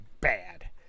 bad